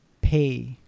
pay